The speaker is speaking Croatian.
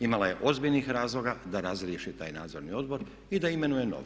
Imala je ozbiljnih razloga da razriješi taj nadzorni odbor i da imenuje novi.